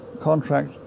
contract